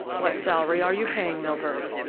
what salary are you paying milburgh?